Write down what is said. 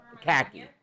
khaki